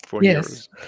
Yes